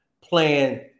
playing